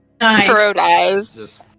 Nice